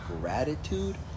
gratitude